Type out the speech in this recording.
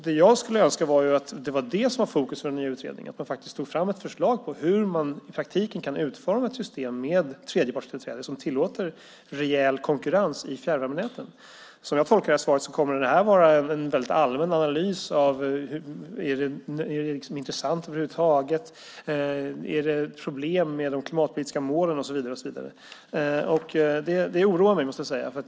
Det jag skulle önska var att det var det som var fokus för den nya utredningen: att man faktiskt tog fram ett förslag på hur man i praktiken kan utforma ett system med tredjepartstillträde som tillåter rejäl konkurrens i fjärrvärmenäten. Som jag tolkar svaret kommer det här att vara en väldigt allmän analys av om det över huvud taget är intressant, om det är problem med de klimatpolitiska målen och så vidare. Det oroar mig, måste jag säga.